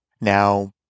now